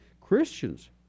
Christians